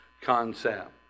concept